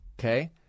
Okay